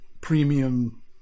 premium